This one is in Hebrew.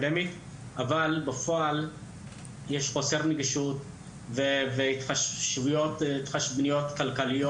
אבל בפועל יש חוסר נגישות וחוסר התחשבות כלכליות.